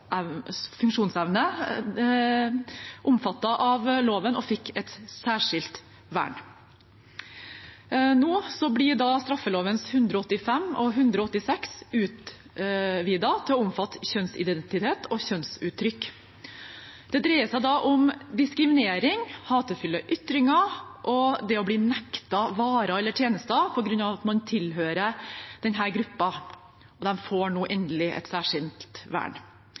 funksjonsevne omfattet av loven og fikk et særskilt vern. Nå blir straffeloven §§ 185 og 186 utvidet til å omfatte kjønnsidentitet og kjønnsuttrykk. Det dreier seg om diskriminering, hatefulle ytringer og det å bli nektet varer eller tjenester på grunn av at man tilhører denne gruppen. De får nå endelig et særskilt vern.